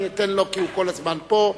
אני אתן לו, כי הוא כל הזמן פה.